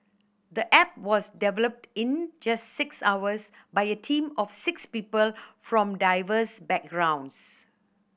the app was developed in just six hours by a team of six people from diverse backgrounds